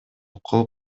кол